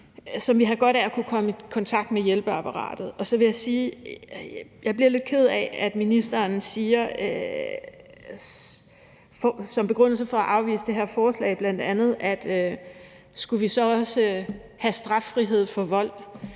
som ville have godt af at kunne komme i kontakt med hjælpeapparatet. Og så vil jeg sige, at jeg bliver lidt ked af, at ministeren som begrundelse for at afvise det her forslag bl.a. spørger, om vi så også skulle have straffrihed for vold.